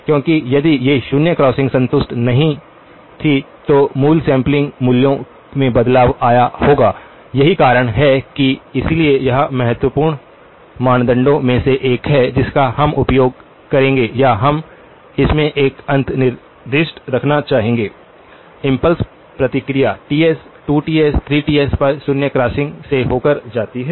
क्योंकि यदि ये शून्य क्रॉसिंग संतुष्ट नहीं थे तो मूल सैंपलिंग मूल्यों में बदलाव आया होगा यही कारण है कि इसलिए यह महत्वपूर्ण मानदंडों में से एक है जिसका हम उपयोग करेंगे या हम इसमें एक अंतर्दृष्टि रखना चाहेंगे इम्पल्स प्रतिक्रिया Ts 2Ts 3Ts पर शून्य क्रॉसिंग से होकर जाती है